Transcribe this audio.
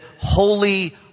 holy